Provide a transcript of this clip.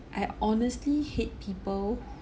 I honestly hate people